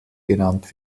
genannt